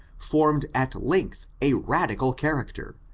formed at length a radical character,